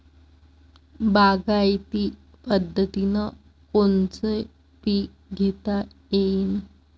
बागायती पद्धतीनं कोनचे पीक घेता येईन?